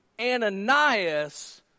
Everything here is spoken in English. Ananias